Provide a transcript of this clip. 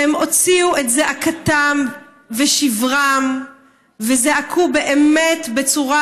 שהם הוציאו את זעקתם ושברם וזעקו באמת בצורה